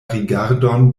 rigardon